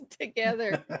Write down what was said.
together